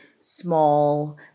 small